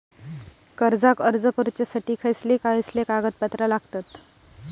कर्जाक अर्ज करुच्यासाठी खयचे खयचे कागदपत्र लागतत